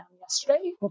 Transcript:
yesterday